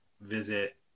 visit